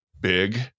big